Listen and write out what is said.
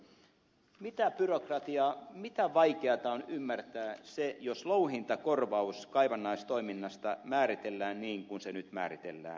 matikainen kallström mitä byrokratiaa on ja mitä vaikeuksia on ymmärtää se että louhintakorvaus kaivannaistoiminnasta määritellään niin kuin se nyt määritellään